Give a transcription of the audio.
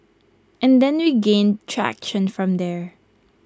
and then we gained traction from there